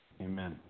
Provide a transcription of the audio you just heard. Amen